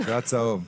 והצהוב.